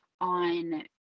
on